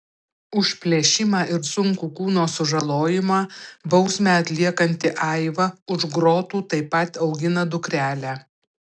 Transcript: už plėšimą ir sunkų kūno sužalojimą bausmę atliekanti aiva už grotų taip pat augina dukrelę